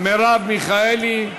מרב מיכאלי.